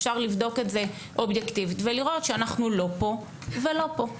אפשר לבדוק את זה אובייקטיבית ולראות שאנחנו לא פה ולא פה.